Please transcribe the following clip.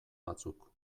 batzuk